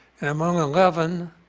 and among eleven